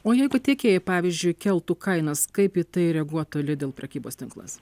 o jeigu tiekėjai pavyzdžiui keltų kainas kaip į tai reaguotų lidl prekybos tinklas